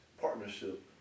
partnership